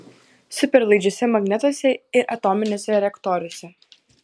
superlaidžiuose magnetuose ir atominiuose reaktoriuose